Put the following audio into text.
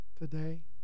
today